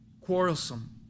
Quarrelsome